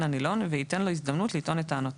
הנילון וייתן לו הזדמנות לטעון את טענותיו.